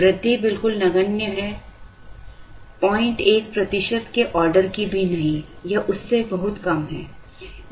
वृद्धि बिल्कुल नगण्य है 01 प्रतिशत के ऑर्डर की भी नहीं यह उससे बहुत कम है